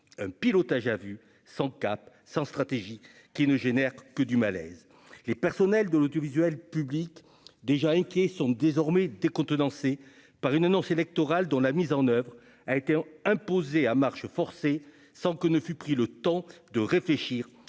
un pilotage à vue sans cap, sans stratégie qui ne génère que du malaise, les personnels de l'audiovisuel public, déjà inquiets sont désormais décontenancé par une annonce électorale dont la mise en oeuvre a été imposé à marche forcée sans que ne fut pris le temps de réfléchir